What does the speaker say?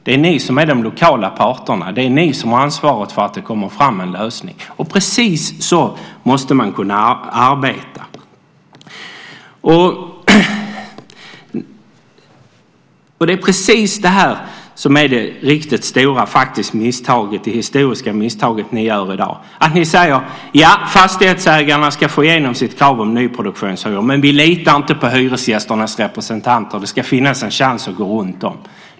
Det är ni som är de lokala parterna. Det är ni som har ansvaret för att det kommer fram en lösning. Och precis så måste man kunna arbeta. Precis detta är faktiskt det riktigt stora historiska misstag som ni gör i dag, det vill säga att ni säger att fastighetsägarna ska få igenom sitt krav på nyproduktionshyror men att ni inte litar på hyresgästernas representanter och att det ska finnas en möjlighet att gå runt dem.